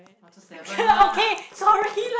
one to seven lah